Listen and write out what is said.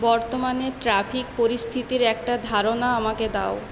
বর্তমানে ট্রাফিক পরিস্থিতির একটা ধারণা আমাকে দাও